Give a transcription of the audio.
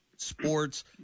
sports